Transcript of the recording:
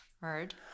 heard